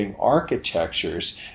architectures